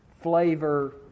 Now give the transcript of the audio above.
flavor